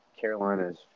Carolina's